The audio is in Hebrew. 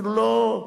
אפילו לא,